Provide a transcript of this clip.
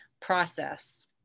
process